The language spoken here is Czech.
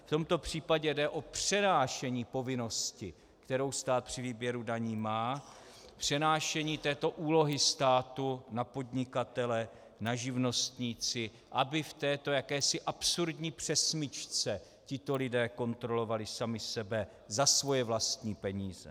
V tomto případě jde o přenášení povinnosti, kterou stát při výběru daní má, přenášení této úlohy státu na podnikatele, na živnostníky, aby v této jakési absurdní přesmyčce tito lidé kontrolovali sami sebe za své vlastní peníze.